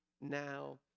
now